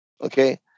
okay